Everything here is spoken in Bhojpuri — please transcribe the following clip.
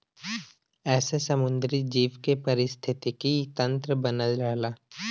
एसे समुंदरी जीव के पारिस्थितिकी तन्त्र बनल रहला